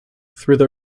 through